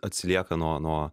atsilieka nuo nuo